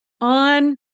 on